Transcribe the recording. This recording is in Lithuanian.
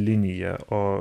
linija o